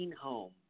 home